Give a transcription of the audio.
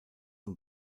und